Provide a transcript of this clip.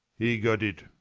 he got it,